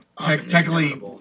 technically